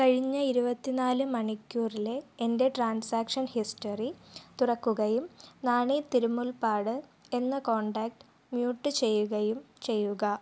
കഴിഞ്ഞ ഇരുപത്തി നാല് മണിക്കൂറിലെ എൻ്റെ ട്രാൻസാക്ഷൻ ഹിസ്റ്ററി തുറക്കുകയും നാണി തിരുമുൽപ്പാട് എന്ന കോൺടാക്റ്റ് മ്യൂട്ട് ചെയ്യുകയും ചെയ്യുക